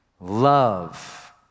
love